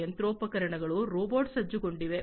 ಯಂತ್ರೋಪಕರಣಗಳು ರೋಬಾಟ್ ಸಜ್ಜುಗೊಂಡಿವೆ